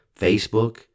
Facebook